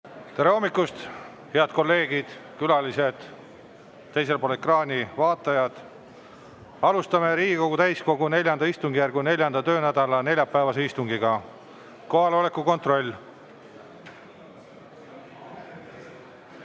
Tere hommikust, head kolleegid, külalised ja teiselt poolt ekraani vaatajad! Alustame Riigikogu täiskogu IV istungjärgu 4. töönädala neljapäevast istungit. Kohaloleku kontroll.